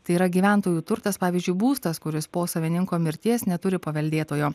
tai yra gyventojų turtas pavyzdžiui būstas kuris po savininko mirties neturi paveldėtojo